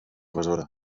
besora